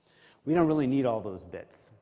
we don't really need all those bits.